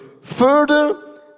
Further